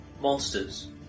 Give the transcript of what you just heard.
monsters